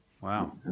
Wow